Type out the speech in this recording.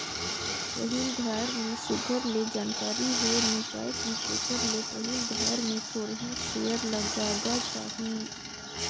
पहिल धाएर में सुग्घर ले जानकारी होए नी पाए कि तेकर ले पहिल धाएर में थोरहें सेयर लगागा चाही